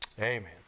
Amen